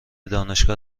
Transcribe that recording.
دانشگاه